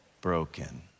broken